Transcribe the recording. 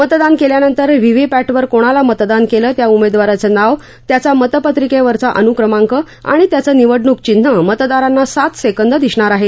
मतदान केल्यानंतर व्हीव्हीपॅटवर कोणाला मतदान केलं त्या उमेदवाराचं नाव त्याचा मतपत्रीकेवरचा अनुक्रमाक आणि त्याचं निवडणूक चिन्ह मतदारांना सात सेकंद दिसणार आहे